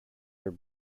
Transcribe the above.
for